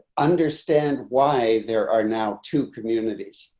understand why there are now two communities.